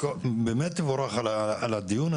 באמת תבורך על הדיון,